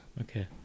Okay